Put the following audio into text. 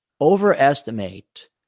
overestimate